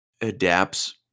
adapts